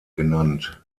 genannt